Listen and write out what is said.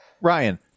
Ryan